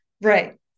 Right